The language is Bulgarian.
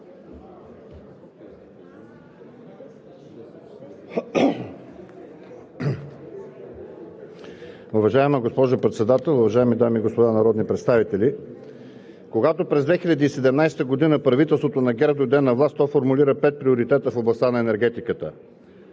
Уважаема госпожо Председател, уважаеми дами и господа народни представители! Когато през 2017 г. правителството на ГЕРБ дойде на власт, то формулира пет приоритета в областта на енергетиката.